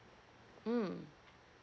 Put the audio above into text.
mm